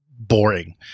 boring